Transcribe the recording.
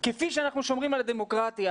כפי שאנחנו שומרים על הדמוקרטיה?